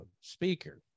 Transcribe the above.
speaker